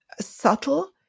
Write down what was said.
subtle